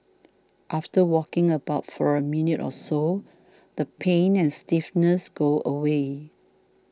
after walking about for a minute or so the pain and stiffness go away